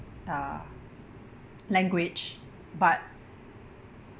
uh language but